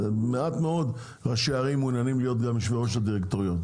מעט מאוד ראשי ערים מעוניינים להיות גם יושבי ראש הדירקטוריון,